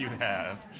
have